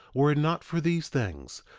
were it not for these things,